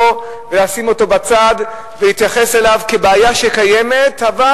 ולשים אותו בצד ולהתייחס אליו כבעיה שקיימת אבל,